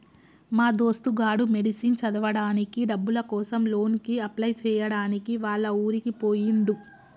మా దోస్తు గాడు మెడిసిన్ చదవడానికి డబ్బుల కోసం లోన్ కి అప్లై చేయడానికి వాళ్ల ఊరికి పోయిండు